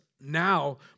now